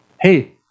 Hey